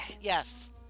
Yes